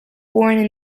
born